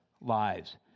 lives